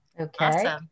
okay